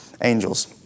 angels